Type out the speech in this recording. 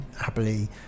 happily